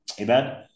Amen